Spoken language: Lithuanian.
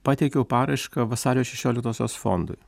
pateikiau paraišką vasario šešioliktosios fondui